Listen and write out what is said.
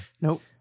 Nope